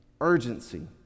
urgency